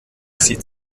sieht